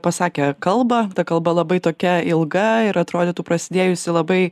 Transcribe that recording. pasakė kalbą ta kalba labai tokia ilga ir atrodytų prasidėjusi labai